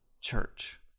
church